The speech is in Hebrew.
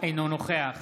אינו נוכח